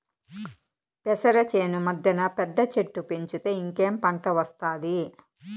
పెసర చేను మద్దెన పెద్ద చెట్టు పెంచితే ఇంకేం పంట ఒస్తాది